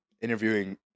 Interviewing